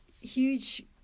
huge